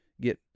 get